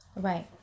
right